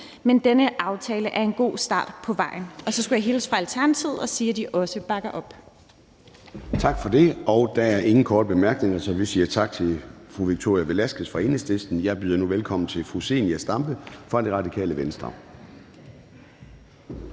men denne aftale er en god start på vejen. Og så skulle jeg hilse fra Alternativet og sige, at de også bakker op. Kl. 10:34 Formanden (Søren Gade): Tak for det. Der er ingen korte bemærkninger, så vi siger tak til fru Victoria Velasquez fra Enhedslisten. Jeg byder nu velkommen til fru Zenia Stampe fra Radikale Venstre.